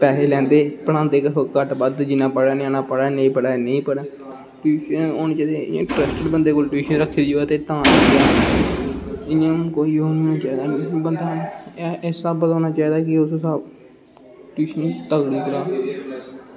पैसे लैंदे ते बच्चा पढ़े ते पढ़े नेईं पढ़े ते नेईं पढ़े ते एह् स्पेशल बंदे कोल ट्यूशन रक्खी दी होऐ ते तां ते इंया कोई होर बंदा इस स्हाबै दा होना चाहिदा कि उस स्हाब किश ते करा